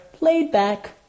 laid-back